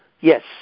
Yes